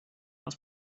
ask